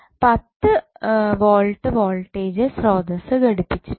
10 volt voltage സ്രോതസ്സ് സംഘടിപ്പിച്ചിട്ടുണ്ട്